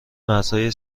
مرزهای